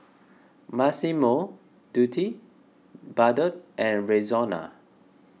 Massimo Dutti Bardot and Rexona